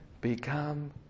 become